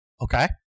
Okay